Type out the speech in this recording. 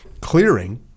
clearing